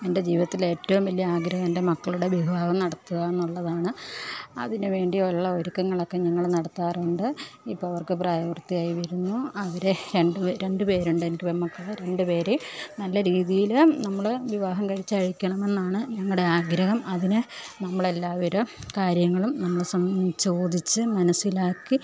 എൻ്റെ ജീവിതത്തിൽ ഏറ്റവും വലിയാഗ്രഹം എൻ്റെ മക്കളുടെ വിവാഹം നടത്തുകയെന്നുള്ളതാണ് അതിന് വേണ്ടിയുള്ള ഒരുക്കങ്ങളൊക്കെ ഞങ്ങൾ നടത്താറുണ്ട് ഇപ്പം അവർക്ക് പ്രായ പൂർത്തിയായി വരുന്നു അവരെ രണ്ട് രണ്ടു പേരുണ്ടനിക്ക് പെൺമക്കൾ രണ്ടു പേരേയും നല്ല രീതിയിൽ നമ്മൾ വിവാഹം കഴിച്ചയയ്ക്കണമെന്നാണ് ഞങ്ങളുടെ ആഗ്രഹം അതിന് നമ്മളെല്ലാവരും കാര്യങ്ങളും നമ്മൾ ചോദിച്ചു മനസ്സിലാക്കി